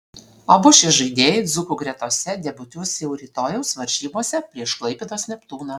abu šie žaidėjai dzūkų gretose debiutuos jau rytojaus varžybose prieš klaipėdos neptūną